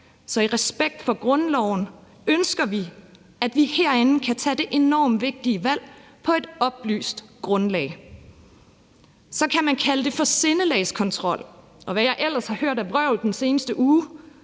Så i respekt for grundloven ønsker vi, at vi herinde kan tage det enormt vigtige valg på et oplyst grundlag. Så kan man kalde det for sindelagskontrol, og hvad jeg ellers har hørt af vrøvl den seneste uge,